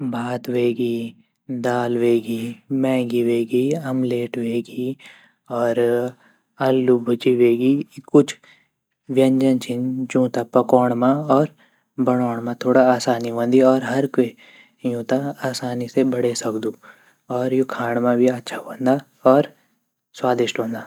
भात वेगि दाल वेगि मैगी वेगी ऑमलेट वेगी अर आलू भुज्जी वेगी यु कुछ व्यंजन छिन जून्ते पाकोन्ड मा अर बनोंड मा थोड़ा आसानी वोन्दि और हर क्वे युते आसानी से बंडे सक्दू अर यु खंड मा भी अच्छा वोन्दा अर स्वादिष्ट वोन्दा।